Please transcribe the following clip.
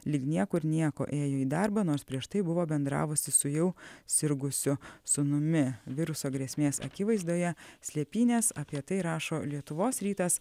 lyg niekur nieko ėjo į darbą nors prieš tai buvo bendravusi su jau sirgusiu sūnumi viruso grėsmės akivaizdoje slėpynės apie tai rašo lietuvos rytas